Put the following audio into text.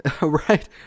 Right